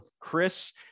Chris